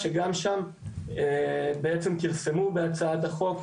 שגם שם בעצם כרסמו בהצעת החוק.